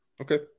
Okay